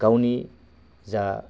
गावनि जा